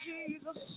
Jesus